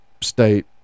state